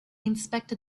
inspected